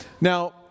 Now